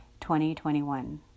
2021